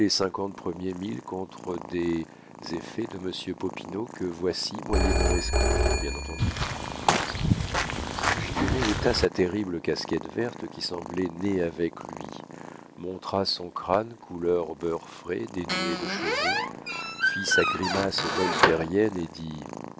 cinquante premiers mille contre des effets de monsieur popinot que voici moyennant escompte bien entendu gigonnet ôta sa terrible casquette verte qui semblait née avec lui montra son crâne couleur beurre frais dénué de cheveux fit sa grimace voltairienne et